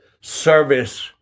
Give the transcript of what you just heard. service